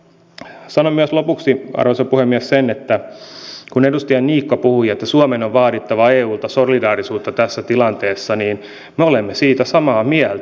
sanon myös lopuksi arvoisa puhemies sen että kun edustaja niikko puhui että suomen on vaadittava eulta solidaarisuutta tässä tilanteessa niin me olemme siitä samaa mieltä